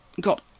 got